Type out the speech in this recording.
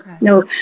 no